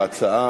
ההצעה